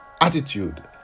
attitude